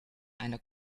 eine